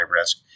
risk